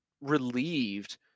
relieved